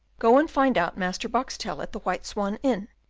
go and find out master boxtel, at the white swan inn,